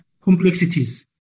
complexities